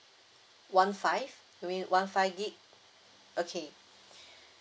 one five you mean one five gig okay